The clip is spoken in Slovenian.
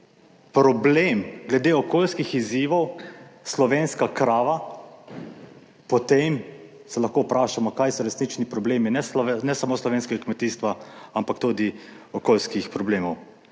– 10.55 (nadaljevanje) slovenska krava, potem se lahko vprašamo, kaj so resnični problemi ne samo slovenskega kmetijstva, ampak tudi okolijskih problemov.